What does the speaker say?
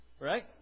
Right